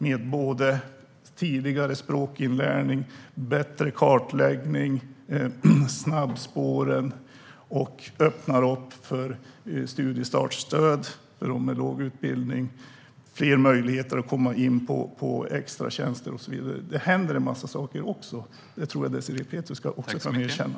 Det handlar om tidigare språkinlärning, bättre kartläggning, snabbspår och att öppna upp för studiestartsstöd för dem med låg utbildning, fler möjligheter att komma in på extratjänster och så vidare. Det händer alltså en massa saker, och det tror jag att Désirée Pethrus också kan erkänna.